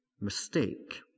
mistake